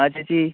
ആ ചേച്ചി